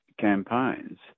campaigns